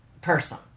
person